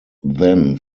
then